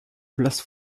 place